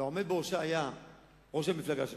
והעומד בראשה היה ראש המפלגה שלך,